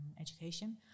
education